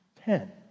Ten